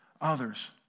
others